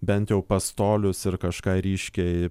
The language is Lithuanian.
bent jau pastolius ir kažką ryškiai